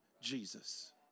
Jesus